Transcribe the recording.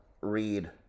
read